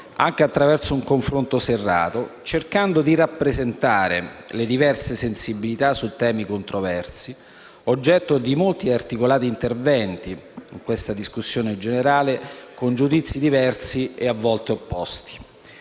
anche attraverso un confronto serrato, cercando di rappresentare le diverse sensibilità su temi controversi, oggetto di molti ed articolati interventi con giudizi diversi e a volte opposti.